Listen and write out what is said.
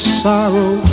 sorrow